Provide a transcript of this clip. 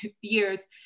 years